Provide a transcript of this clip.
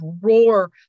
roar